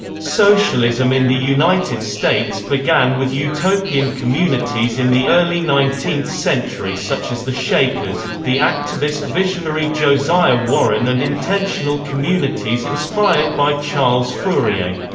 socialism in the united states began with utopian communities in the early nineteenth century such as the shakers, the activist visionary josiah warren and intentional communities inspired by charles fourier.